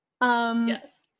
Yes